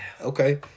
Okay